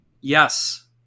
Yes